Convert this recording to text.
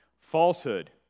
Falsehood